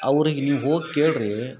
ಅವ್ರಿಗೆ ನೀವು ಹೋಗಿ ಕೇಳ್ರಿ